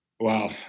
Wow